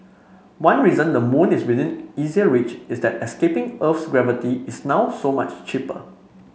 one reason the moon is within easier reach is that escaping Earth's gravity is now so much cheaper